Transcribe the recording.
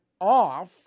off